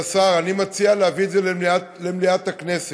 להביא את זה למליאת הכנסת.